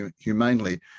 humanely